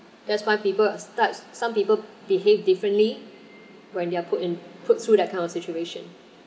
that's why people start some people behave differently when they're put in put through that kind of situation